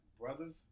brothers